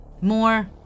More